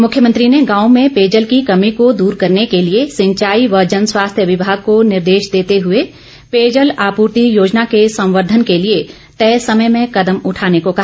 मुख्यमंत्री ने गांव में पेयजल की कमी को दूर करने के लिए सिंचाई व जनस्वास्थ्य विभाग को निर्देश देते हुए पेयजल आपूर्ति योजना के संवर्द्वन के लिए तय समय में कदम उठाने को कहा